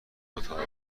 اتاق